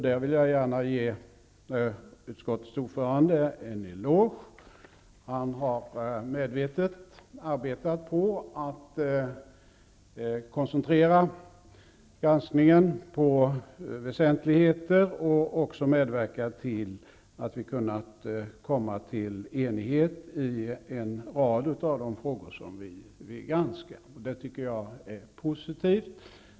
Där vill jag gärna ge utskottets ordförande en eloge. Han har medvetet arbetat på att koncentrera granskningen till väsentligheter och också medverkat till att vi har blivit eniga i en rad av de frågor som vi granskat. Det tycker jag är positivt.